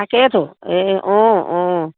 তাকেতো এই অঁ অঁ